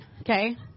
okay